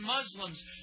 Muslims